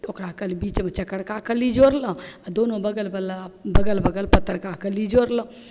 तऽ ओकरा कली बीचमे चकरका कली जोड़लहुँ आओर दुनू बगलवला बगल बगल पतरका कली जोड़लहुँ